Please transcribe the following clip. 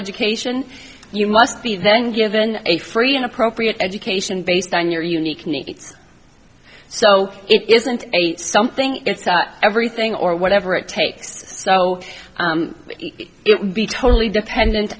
education you must be then given a free and appropriate education based on your unique needs so it isn't a something it's everything or whatever it takes so it would be totally dependent